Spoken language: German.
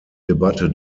debatte